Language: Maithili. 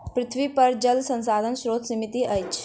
पृथ्वीपर जल संसाधनक स्रोत सीमित अछि